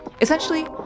Essentially